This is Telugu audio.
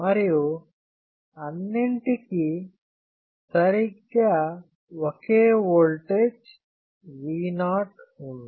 మరియు అన్నింటికీ సరిగ్గా ఒకే ఓల్టేజ్ V 0 ఉంది